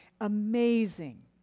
Amazing